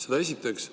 Seda esiteks.